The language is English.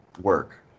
work